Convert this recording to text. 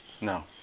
No